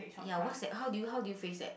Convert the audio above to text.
ya what's that how do how do you face that